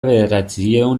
bederatziehun